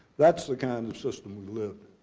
that's the kind of system we lived